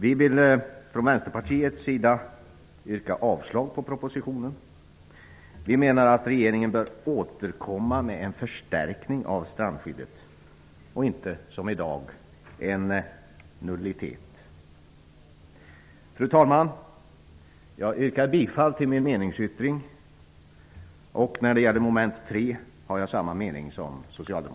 Vi vill från Vänsterpartiets sida yrka avslag på propositionen. Vi menar att regeringen bör återkomma med en förstärkning av strandskyddet och inte, som i dag, en nullitet. Fru talman! Jag yrkar bifall till min meningsyttring. När det gäller mom. 3 har jag samma mening som